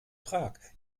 prag